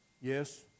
Yes